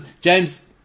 James